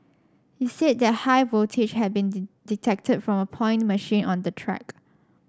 he said that high voltage had been detected from a point machine on the track